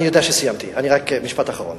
אני יודע שסיימתי, רק משפט אחרון.